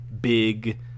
big